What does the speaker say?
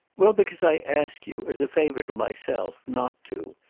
well, because i ask you, as a favour to myself, not to.